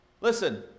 Listen